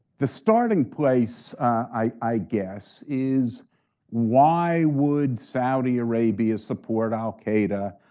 the starting place i guess is why would saudi arabia support al-qaeda,